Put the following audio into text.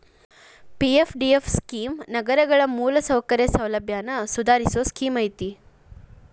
PFDF scheme ನಗರಗಳ ಮೂಲಸೌಕರ್ಯ ಸೌಲಭ್ಯನ ಸುಧಾರಸೋ ಸ್ಕೇಮ್ ಐತಿ